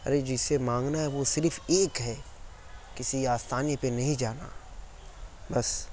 ارے جس سے مانگنا ہے وہ صرف ایک ہے کسی آستانے پہ نہیں جانا بس